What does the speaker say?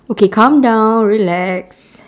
okay calm down relax